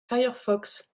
firefox